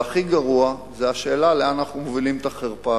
והכי גרועה זו השאלה לאן אנחנו מובילים את החרפה